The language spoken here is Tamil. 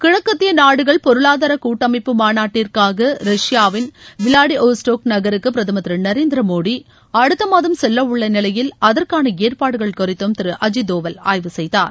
கிழக்கித்திய நாடுகள் பொருளாதார கூட்டமைப்பு மாநாட்டிற்காக ரஷ்யாவின் விலாடிவோஸ்டோக் நகருக்கு பிரதமர் திரு நரேந்திர மோடி அடுத்த மாதம் செல்லவுள்ள நிலையில் அதற்கான ஏற்பாடுகள் குறித்தும் திரு அஜித் தோவல் ஆய்வு செய்தார்